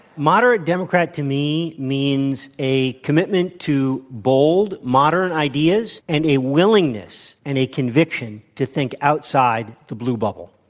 moderate democrat to me means a commitment to bold, modern ideas and a willingness and a conviction to think outside the blue bubble.